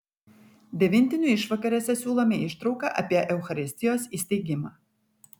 devintinių išvakarėse siūlome ištrauką apie eucharistijos įsteigimą